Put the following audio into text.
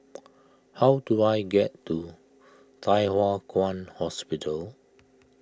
how do I get to Thye Hua Kwan Hospital